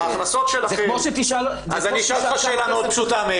אני אשאל אותך שאלה מאוד פשוטה.